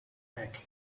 egg